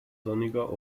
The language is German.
sonniger